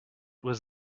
was